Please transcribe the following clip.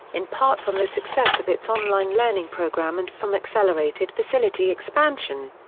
in part from the success of its online learning program and from accelerated facility expansion.